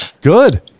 Good